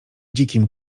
dzikim